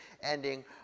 ending